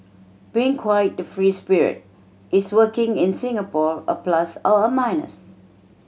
being quite the free spirit is working in Singapore a plus or a minus